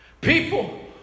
people